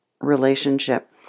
relationship